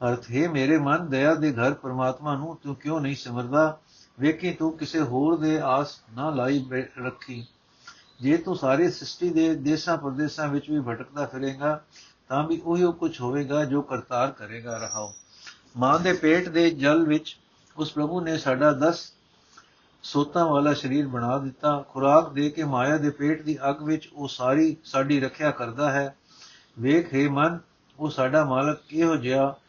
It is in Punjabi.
ਅਰਥ, ਹੇ ਮੇਰੇ ਮਨ, ਦਇਆ ਦੇ ਘਰ ਪ੍ਰਮਾਤਮਾ ਨੂੰ ਤੂੰ ਕਿਉਂ ਨਹੀਂ ਸਿਮਰਦਾ? ਵੇਖੀ ਤੂੰ ਕਿਸੇ ਹੋਰ ਦੇ ਆਸ ਨਾ ਲਾਈ ਬੈ- ਰੱਖੀ। ਜੇ ਤੂੰ ਸਾਰੀ ਸ੍ਰਿਸ਼ਟੀ ਦੇ ਦੇਸ਼ਾਂ-ਪਰਦੇਸਾਂ ਵਿੱਚ ਵੀ ਭਟਕਦਾ ਫਿਰੇਂਗਾ, ਤਾਂ ਵੀ ਉਹੀਓ ਕੁਛ ਹੋਵੇਗਾ ਜੋ ਕਰਤਾਰ ਕਰੇਗਾ ਰਹਾਓ। ਮਾਂ ਦੇ ਪੇਟ ਦੇ ਜਲ ਵਿੱਚ ਉਸ ਪ੍ਰਭੂ ਨੇ ਸਾਡਾ ਦਸ ਸੋਤਾਂ ਵਾਲਾ ਸਰੀਰ ਬਣਾ ਦਿੱਤਾ। ਖੁਰਾਕ ਦੇ ਕੇ ਮਾਇਆ ਦੇ ਪੇਟ ਦੀ ਅੱਗ ਵਿੱਚ ਉਹ ਸਾਰੀ ਸਾਡੀ ਰੱਖਿਆ ਕਰਦਾ ਹੈ। ਵੇਖ, ਹੇ ਮਨ, ਉਹ ਸਾਡਾ ਮਾਲਕ ਕਿਹੋ ਜਿਹਾ